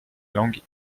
langue